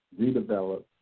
redevelop